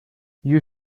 you